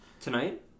Tonight